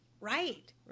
Right